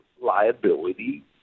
liability